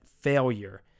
failure